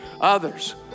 Others